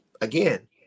again